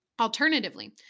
Alternatively